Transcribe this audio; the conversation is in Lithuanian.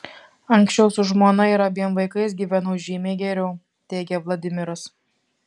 anksčiau su žmona ir abiem vaikais gyvenau žymiai geriau teigia vladimiras